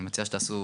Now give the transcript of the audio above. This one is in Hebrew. אני מציע שתעשו